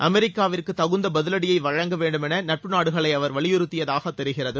அமெரிக்காவிற்கு தகுந்த பதிவடியை வழங்க வேண்டும் என நட்புநாடுகளை அவர் வலிபுறுக்தியதாக தெரிகிறது